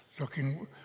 looking